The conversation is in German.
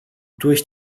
durch